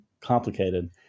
complicated